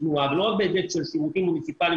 תנועה ולא רק בהיבט של שירותים מוניציפאליים,